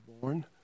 born